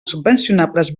subvencionables